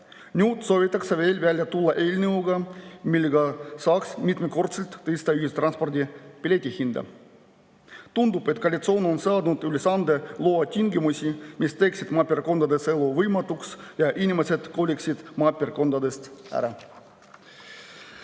Nüüd soovitakse veel välja tulla eelnõuga, millega saaks mitmekordselt tõsta ühistranspordi pileti hinda. Tundub, et koalitsioon on saanud ülesande luua tingimusi, mis teeksid maapiirkondades elu võimatuks, et inimesed koliksid maapiirkondadest ära.